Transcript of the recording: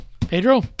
Pedro